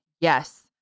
Yes